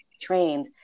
trained